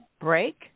break